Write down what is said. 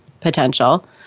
potential